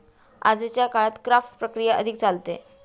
आजच्या काळात क्राफ्ट प्रक्रिया अधिक चालते